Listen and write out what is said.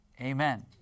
amen